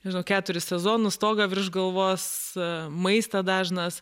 nežinau keturis sezonus stogą virš galvos maistą dažnas